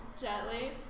gently